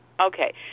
Okay